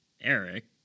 Eric